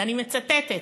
ואני מצטטת: